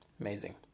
amazing